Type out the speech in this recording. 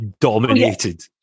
dominated